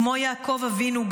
כמו יעקב אבינו,